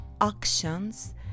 actions